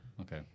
okay